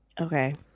Okay